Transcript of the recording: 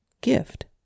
gift